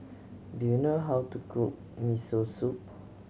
do you know how to cook Miso Soup